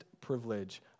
privilege